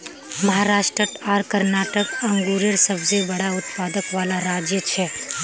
महाराष्ट्र आर कर्नाटक अन्गुरेर सबसे बड़ा उत्पादक वाला राज्य छे